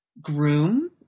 groom